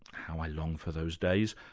how i long for those days,